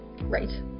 Right